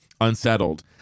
unsettled